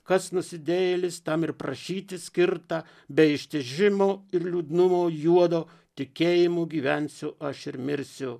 kas nusidėjėlis tam ir prašyti skirta be ištižimo ir liūdnumo juodo tikėjimu gyvensiu aš ir mirsiu